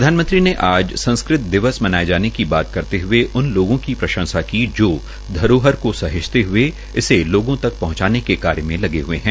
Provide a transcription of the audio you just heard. प्रधानमंत्री ने आज संस्कृत दिवस मनाये जाने की बात करते हए उन लोगों की प्रंशसा की जो धरोहर को सहजते हए लोगों तक पहंचाने के कार्य में लगे हए है